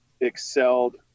excelled